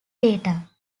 data